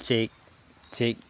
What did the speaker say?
check